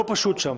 לא פשוט שם.